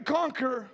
conquer